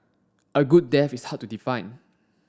a good death is hard to define